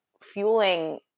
fueling